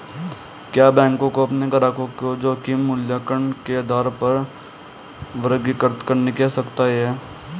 क्या बैंकों को अपने ग्राहकों को जोखिम मूल्यांकन के आधार पर वर्गीकृत करने की आवश्यकता है?